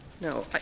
No